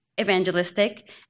evangelistic